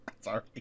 Sorry